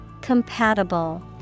Compatible